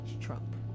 Trump